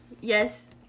yes